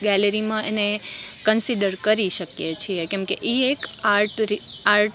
ગેલેરીમાં એને કન્સિડર કરી શકીએ છીએ કેમકે એ એક આર્ટ